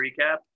recap